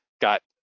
got